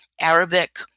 Arabic